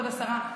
כבוד השרה,